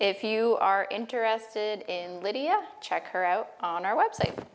if you are interested in lydia check her out on our website